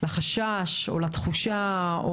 לחשש או לתחושה.